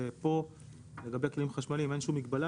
שפה לגבי כלים חשמליים אין שום מגבלה,